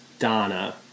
Donna